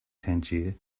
tangier